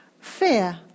Fear